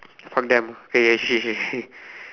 fuck them okay okay shit shit shit